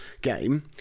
game